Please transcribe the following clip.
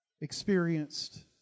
experienced